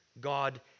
God